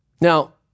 Now